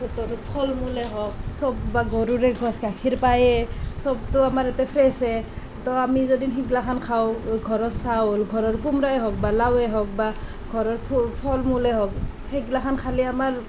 বতৰৰ ফল মূলেই হওঁক সব বা ঘৰৰে গৰুৰে গাখীৰ পায়েই সবতো আমাৰ ইয়াতে ফ্ৰেছে তো আমি যদি সেইগিলাখন খাওঁ ঘৰৰ চাউল ঘৰৰ কোমোৰাই হওঁক বা লাৱেই হওঁক বা ঘৰৰ ফল মূলেই হওঁক সেইগিলাখন খালে আমাৰ